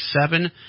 seven